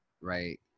right